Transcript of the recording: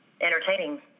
entertaining